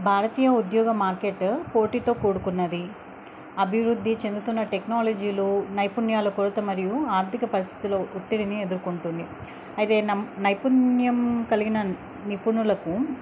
భారతీయ ఉద్యోగ మార్కెట్ పోటీతో కూడుకున్నది అభివృద్ధి చెందుతున్న టెక్నాలజీలు నైపుణ్యాల కొరత మరియు ఆర్థిక పరిస్థితులో ఒత్తిడిని ఎదుర్కొంటుంది అయితే న నైపుణ్యం కలిగిన నిపుణులకు